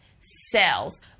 cells